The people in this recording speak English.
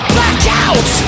Blackout